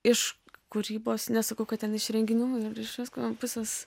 iš kūrybos nesakau kad ten iš renginių ir iš visko pusės